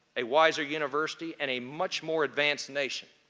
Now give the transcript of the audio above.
a wiser university, and a much more advanced nation.